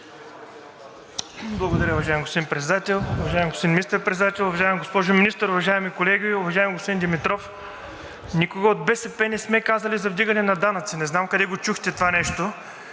Председател. Уважаеми господин Министър-председател, уважаема госпожо Министър, уважаеми колеги! Уважаеми господин Димитров, никога от БСП не сме казали за вдигане на данъци. Не знам къде го чухте това нещо